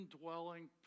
indwelling